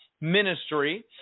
ministry